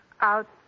out